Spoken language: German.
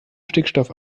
stickstoff